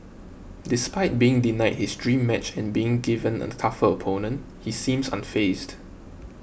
despite being denied his dream match and being given a tougher opponent he seems unfazed